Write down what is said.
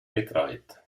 betreut